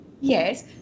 Yes